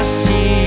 see